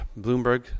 Bloomberg